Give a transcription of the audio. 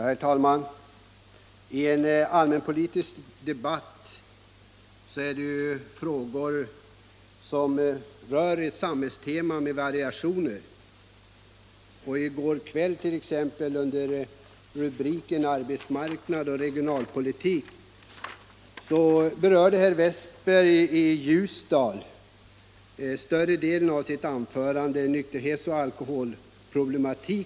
Herr talman! I den allmänpolitiska debatten tar vi gruppvis upp olika samhällsområden, med variationer. I går kväll berörde herr Westberg i Ljusdal under rubriken Arbetsmarknads och regionalpolitik i större delen av sitt anförande nykterhets och alkoholproblemen.